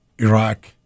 Iraq